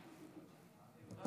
תודה